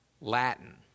Latin